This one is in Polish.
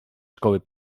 szkoły